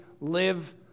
live